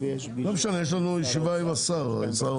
אתה מצביע על כל החוק?